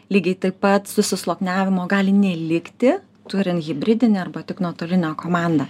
lygiai taip pat susisluoksniavimo gali nelikti turint hibridinį arba tik nuotolinio komandą